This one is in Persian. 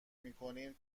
میکنیم